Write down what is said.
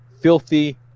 filthy